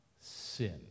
sin